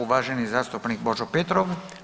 8., uvaženi zastupnik Božo Petrov.